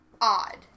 odd